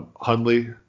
Hundley